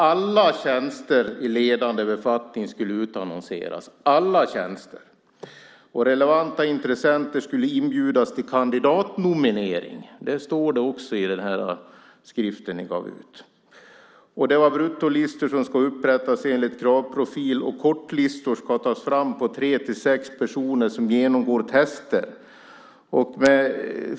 Alla tjänster i ledande befattning skulle utannonseras - alla tjänster. Relevanta intressenter skulle inbjudas till kandidatnominering. Det står det också i den skrift som ni gav ut. Det var bruttolistor som skulle upprättas enligt kravprofil, och kortlistor skulle tas fram på tre-sex personer som skulle genomgå tester.